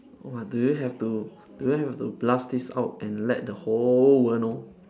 oh but do you have to do you have to blast this out and let the whole world know